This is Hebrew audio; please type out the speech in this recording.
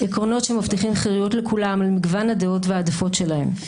עקרונות שמבטיחים חירויות לכולם על מגוון הדעות וההעדפות שלהם,